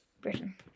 Britain